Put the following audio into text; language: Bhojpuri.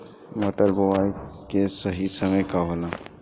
मटर बुआई के सही समय का होला?